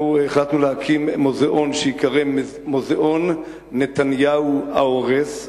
החלטנו להקים מוזיאון שייקרא "מוזיאון נתניהו ההורס",